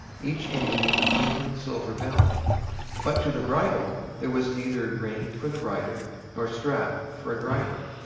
each ending with a tinkling silver bell but to the bridle there was neither rein for the rider nor strap for a driver.